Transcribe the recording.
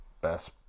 best